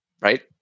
right